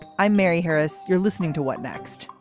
i'm mary harris. you're listening to what next.